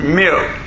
milk